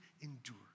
endure